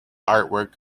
artwork